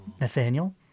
Nathaniel